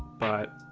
but